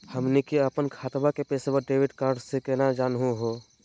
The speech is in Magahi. हमनी के अपन खतवा के पैसवा डेबिट कार्ड से केना जानहु हो?